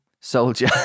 soldier